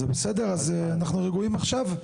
אז זה בסדר, אנחנו רגועים עכשיו?